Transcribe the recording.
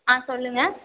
ஆ சொல்லுங்க